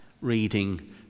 reading